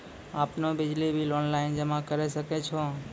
आपनौ बिजली bill online जमा करै सकै छौ?